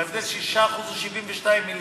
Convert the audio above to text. וההבדל של 6% הוא 72 מיליארד,